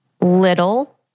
little